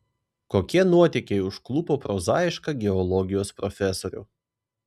kokie nuotykiai užklupo prozaišką geologijos profesorių